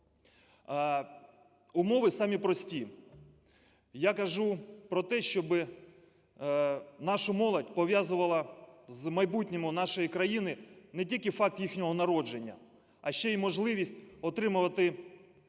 Умови самі прості. Я кажу про те, щоб нашу молодь пов'язував з майбутнім нашої країни не тільки факт їхнього народження, а ще й можливість отримувати